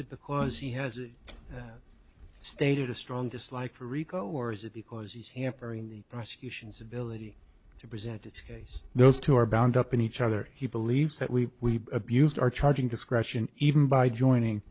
it because he has stated a strong dislike for rico or is it because he's hampering the prosecution's ability to present its case those two are bound up in each other he believes that we abused our charging discretion even by joining